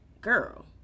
girl